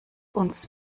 uns